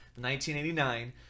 1989